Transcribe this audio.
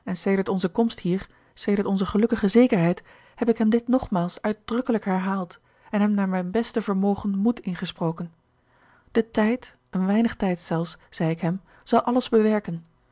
en sedert onze komst hier sedert onze gelukkige zekerheid heb ik hem dit nogmaals uitdrukkelijk herhaald en hem naar mijn beste vermogen moed ingesproken de tijd een weinig tijds zelfs zei ik hem zal alles bewerken